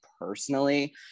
personally